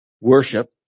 worship